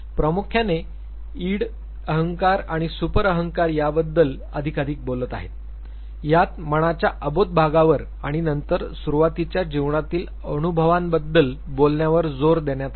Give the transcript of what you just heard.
प्रामुख्याने इड अहंकार आणि सुपर अहंकार याबद्दल अधिकाधिक बोलत आहे यात मनाच्या अबोध भागावर आणि नंतर सुरुवातीच्या जीवनातील अनुभवांबद्दल बोलण्यावर जोर देण्यात आला आहे